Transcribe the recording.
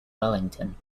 wellington